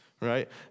right